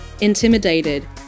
intimidated